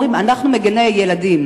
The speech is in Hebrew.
אומרים: אנחנו מגיני ילדים,